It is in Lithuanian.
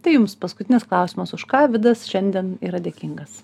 tai jums paskutinis klausimas už ką vidas šiandien yra dėkingas